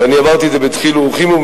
ואני עברתי על זה בדחילו ורחימו,